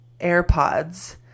AirPods